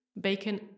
bacon